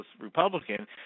Republican